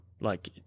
Like-